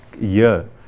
year